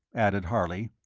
added harley.